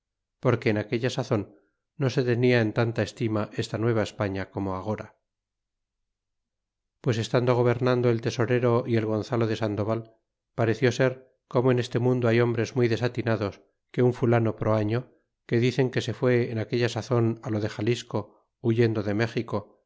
porque en aquella sazon no se tenia en tanta estima esta nueva españa como agora pues estando gobernando el tesorero y el gonzalo de sandoval pareció ser como en este mundo hay hombres muy desatinados que un fulano proaño que dicen que se fue en aquella sazon á lo de xalisco huyendo de méxico